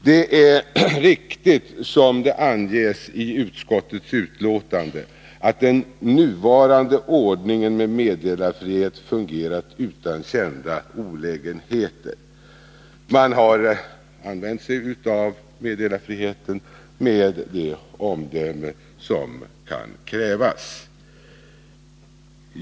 Det är riktigt, som anges i utskottets betänkande, att den nuvarande ordningen med meddelarfrihet fungerat utan kända olägenheter. När det gäller meddelarfriheten har man visat det omdöme som kan krävas.